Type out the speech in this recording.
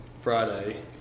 Friday